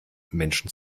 menschen